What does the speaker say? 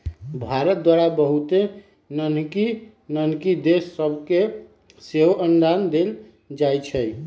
भारत द्वारा बहुते नन्हकि नन्हकि देश सभके सेहो अनुदान देल जाइ छइ